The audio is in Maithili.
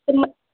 केना